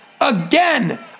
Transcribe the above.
again